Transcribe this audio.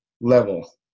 level